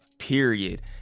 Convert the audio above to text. Period